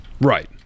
Right